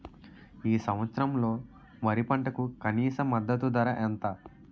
ఈ సంవత్సరంలో వరి పంటకు కనీస మద్దతు ధర ఎంత?